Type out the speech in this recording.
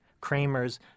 Kramer's